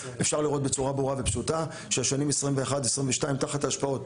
אפשר לראות בצורה ברורה ופשוטה שהשנים 2022-2021 תחת ההשפעות,